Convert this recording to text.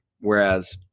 Whereas